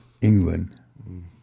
England